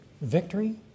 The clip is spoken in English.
victory